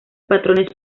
patrones